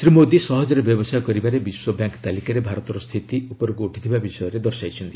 ଶ୍ରୀ ମୋଦୀ ସହଜରେ ବ୍ୟବସାୟ କରିବାରେ ବିଶ୍ୱବ୍ୟାଙ୍କ ତାଲିକାରେ ଭାରତର ସ୍ଥିତି ଉପରକୁ ଉଠିଥିବା ବିଷୟ ଦର୍ଶାଇଛନ୍ତି